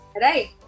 right